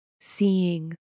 seeing